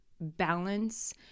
balance